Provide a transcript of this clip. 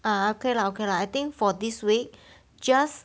ah okay lah okay lah I think for this week just